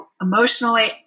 emotionally